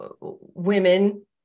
women